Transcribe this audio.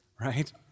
right